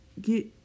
get